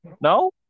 No